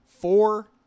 four